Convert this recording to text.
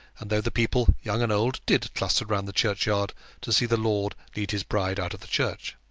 and though the people, young and old, did cluster round the churchyard to see the lord lead his bride out of the church.